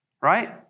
Right